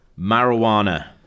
Marijuana